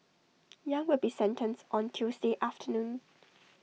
yang will be sentenced on Tuesday afternoon